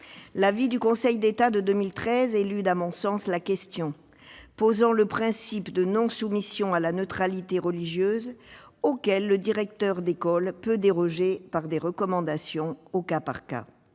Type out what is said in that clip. par le Conseil d'État élude à mon sens la question, en posant le principe de non-soumission à la neutralité religieuse auquel le directeur d'école peut déroger par des recommandations au cas par cas.